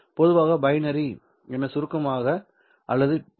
பொதுவாக பைனரி என சுருக்கமாக அல்லது பி